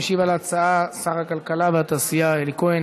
משיב על ההצעה שר הכלכלה והתעשייה אלי כהן.